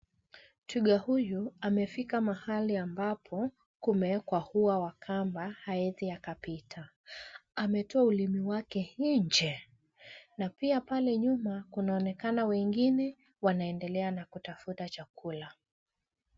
Twiga huyu amefika mahali ambapo kumewekwa huwa wa kamba, hawezi akapita, ametoa ulimi wake nje, na pia pale nyuma kunaonekana wengine wanaendelea na kutafuta chakula.